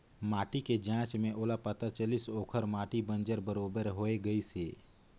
माटी के जांच में ओला पता चलिस ओखर माटी बंजर बरोबर होए गईस हे